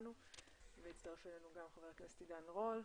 איתנו והצטרף אלינו גם ח"כ עידן רול.